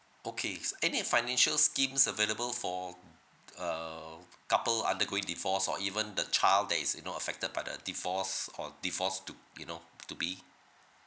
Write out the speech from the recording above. okay s~ any financial schemes available for uh err couple undergoing divorce or even the child that is you know affected by the divorce or divorce to you know to be